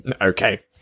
Okay